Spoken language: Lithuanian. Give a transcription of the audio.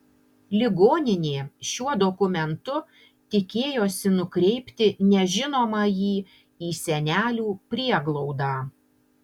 ligoninė šiuo dokumentu tikėjosi nukreipti nežinomąjį į senelių prieglaudą